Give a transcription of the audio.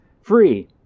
free